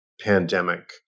pandemic